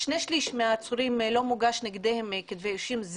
במקרים של שני שלישים מהעצורים לא מוגש נגדם כתב אישום.